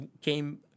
came